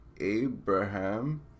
Abraham